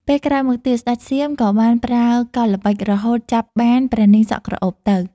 ពេលក្រោយមកទៀត ស្តេចសៀមក៏បានប្រើកលល្បិចរហូតចាប់បានព្រះនាងសក់ក្រអូបទៅ។